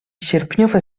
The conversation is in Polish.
sierpniowy